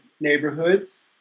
neighborhoods